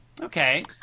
Okay